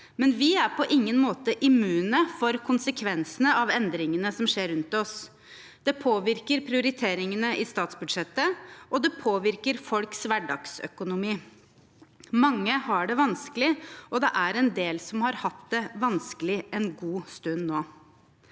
men vi er på ingen måte immune for konsekvensene av endringene som skjer rundt oss. Det påvirker prioriteringene i statsbudsjettet, og det påvirker folks hverdagsøkonomi. Mange har det vanskelig, og det er en del som har hatt det vanskelig en god stund nå.